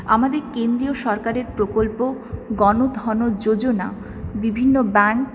আমাদের কেন্দ্রীয় সরকারের প্রকল্প গণধনো যোজনা বিভিন্ন ব্যাঙ্ক